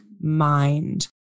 mind